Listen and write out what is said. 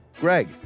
Greg